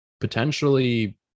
potentially